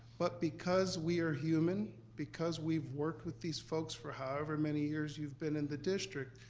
but because we are human, because we've worked with these folks, for however many years you've been in the district,